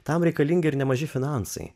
tam reikalingi ir nemaži finansai